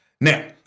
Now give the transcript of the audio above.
now